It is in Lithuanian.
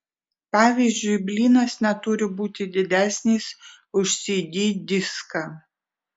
pavyzdžiui blynas neturi būti didesnis už cd diską